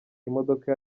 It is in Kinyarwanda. imodoka